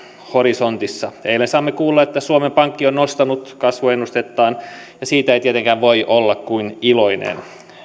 horisontissa eilen saimme kuulla että suomen pankki on nostanut kasvuennustettaan ja siitä ei tietenkään voi olla kuin iloinen